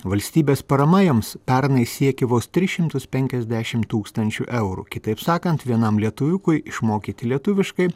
valstybės parama jiems pernai siekė vos tris šimtus penkiasdešim tūkstančių eurų kitaip sakant vienam lietuviukui išmokyti lietuviškai